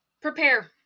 Prepare